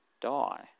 die